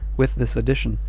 with this addition,